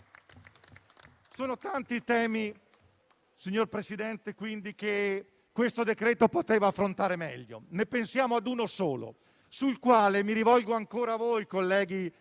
Sono tanti i temi, signor Presidente, che questo decreto poteva affrontare meglio. Pensiamo a uno solo, sul quale mi rivolgo ancora a voi, colleghi